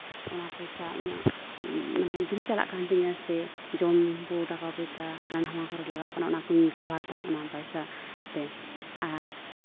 ᱚᱱᱟ ᱯᱚᱭᱥᱟ ᱤᱧᱟᱹᱜ ᱢᱟᱱᱮ ᱫᱤᱱ ᱪᱟᱞᱟᱜ ᱠᱟᱱ ᱛᱤᱧᱟᱹ ᱥᱮ ᱡᱚᱢᱼᱧᱩ ᱠᱚ ᱴᱟᱠᱟ ᱯᱚᱭᱥᱟ ᱦᱟᱱᱟ ᱱᱟᱣᱟ ᱠᱚᱨᱮᱜ ᱞᱟᱜᱟᱜ ᱠᱟᱱᱟ ᱚᱱᱟ ᱠᱚᱸᱧ ᱠᱚᱵᱷᱟᱨᱫᱟ ᱚᱱᱟ ᱯᱚᱭᱥᱟᱛᱮ ᱟᱨ